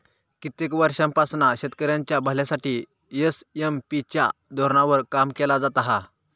कित्येक वर्षांपासना शेतकऱ्यांच्या भल्यासाठी एस.एम.पी च्या धोरणावर काम केला जाता हा